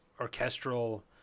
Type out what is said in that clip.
orchestral